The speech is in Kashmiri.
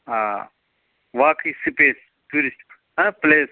آ واقٕہی سُپیس ٹیٛوٗرِسٹہٕ ہا پُلیس